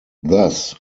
thus